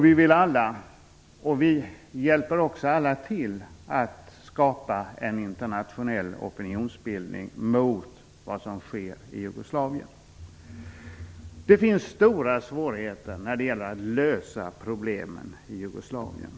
Vi hjälper också alla till att skapa en internationell opinionsbildning mot vad som sker i Jugoslavien. Det finns stora svårigheter när det gäller att lösa problemen i Jugoslavien.